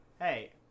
Hey